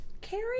Carrie